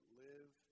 live